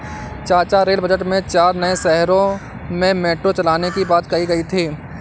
चाचा rail budget में चार नए शहरों में मेट्रो चलाने की बात कही गई थी